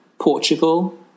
Portugal